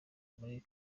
muri